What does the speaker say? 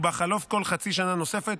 ובחלוף כל חצי שנה נוספת,